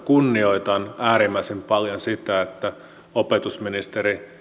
kunnioitan äärimmäisen paljon sitä että opetusministeri